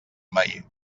mai